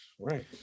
Right